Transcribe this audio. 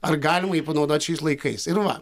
ar galima jį panaudot šiais laikais ir va